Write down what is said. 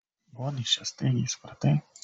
von iš čia staigiai supratai